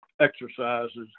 exercises